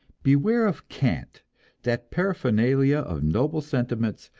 beware of cant that paraphernalia of noble sentiments,